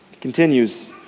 continues